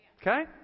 Okay